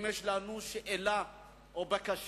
אם יש לנו שאלה או בקשה,